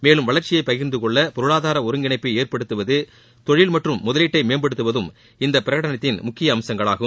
மேலும் வளர்ச்சியை பகிர்ந்து கொள்ள பொருளாதார ஒருங்கிணைப்பை ஏற்படுத்துவது மற்றும் தொழில் மற்றும் முதலீட்டை மேம்படுத்துவதும் இந்த பிரகனடத்தின் ஒரு முக்கிய அம்சங்களாகும்